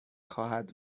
خواهد